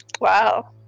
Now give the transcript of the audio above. Wow